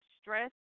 stress